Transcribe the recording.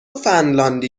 فنلاندی